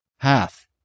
path